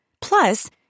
Plus